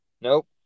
Nope